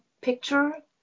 picture